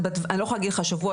אני לא יכולה להגיד לך שבוע,